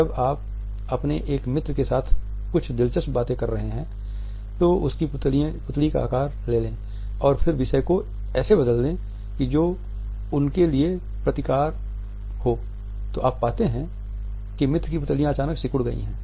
जब आप अपने एक मित्र के साथ कुछ दिलचस्प बातें कर रहे हैं तो उसकी पुतली का आकार ले लें और फिर विषय को ऐसे बदल दें जो उनके लिए प्रतिकारक हो तो आप पाते है कि मित्र की पुतलियां अचानक सिकुड़ गई है